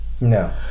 no